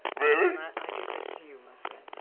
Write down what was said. and i give this to you, my friend.